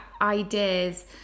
ideas